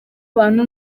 abantu